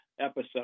episode